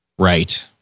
Right